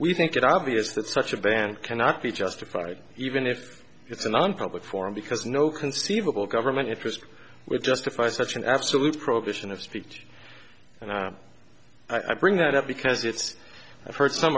we think it obvious that such a band cannot be justified even if it's an unpublished form because no conceivable government interest would justify such an absolute prohibition of speech and i bring that up because it's i've heard some